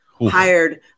hired